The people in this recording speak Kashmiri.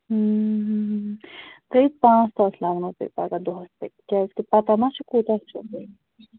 تھیو پانژھ ساس لگنو تۄہہِ پگاہ دۄہس تیلہِ کیٚازِ کہِ پتہ مہ چھِ کوٗتاہ چھُ